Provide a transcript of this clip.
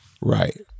Right